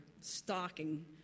stalking